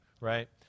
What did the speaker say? right